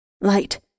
Light